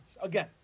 Again